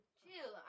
chill